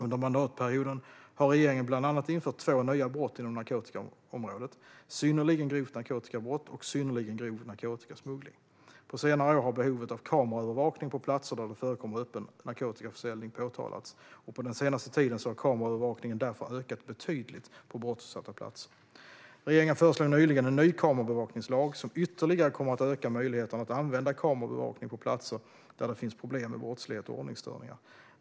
Under mandatperioden har regeringen bland annat infört två nya brott inom narkotikaområdet: synnerligen grovt narkotikabrott och synnerligen grov narkotikasmuggling. På senare år har behovet av kameraövervakning på platser där det förekommer öppen narkotikaförsäljning påtalats. Den senaste tiden har kameraövervakningen därför ökat betydligt på brottsutsatta platser. Regeringen föreslog nyligen en ny kamerabevakningslag som ytterligare kommer att öka möjligheterna att använda kamerabevakning på platser där det finns problem med brottslighet och ordningsstörningar.